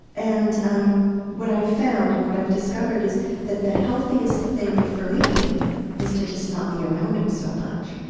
and um what i've found and what i've discovered is that the healthiest thing for me was to just not be around him so much.